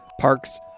parks